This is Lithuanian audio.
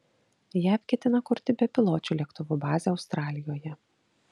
jav ketina kurti bepiločių lėktuvų bazę australijoje